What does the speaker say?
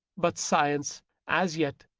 but science as yet,